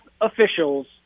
officials